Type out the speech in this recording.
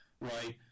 right